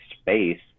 space